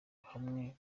hamwe